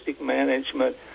management